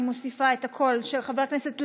אני מוסיפה את הקול של חבר הכנסת לוי,